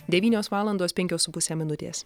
devynios valandos penkios su puse minutės